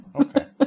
Okay